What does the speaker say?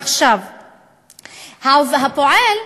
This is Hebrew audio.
הפועל,